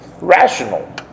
rational